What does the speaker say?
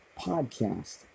podcast